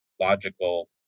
logical